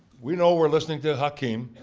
we know we're listening to hakim.